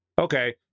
okay